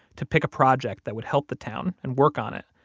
to pick a project that would help the town, and work on it.